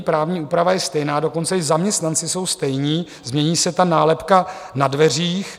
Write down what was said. Právní úprava je stejná, dokonce i zaměstnanci jsou stejní, změní se nálepka na dveřích.